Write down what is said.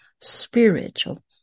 spiritual